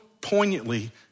poignantly